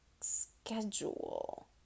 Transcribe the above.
schedule